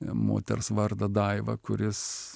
moters vardą daiva kuris